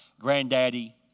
granddaddy